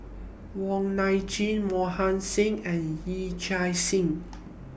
Wong Nai Chin Mohan Singh and Yee Chia Hsing